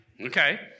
Okay